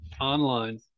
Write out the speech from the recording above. online